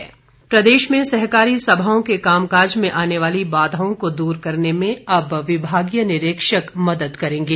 सुरेश भारद्वाज प्रदेश में सहकारी सभाओं के कामकाज में आने वाली बाधाओं को दूर करने में अब विभागीय निरीक्षक मदद करेंगे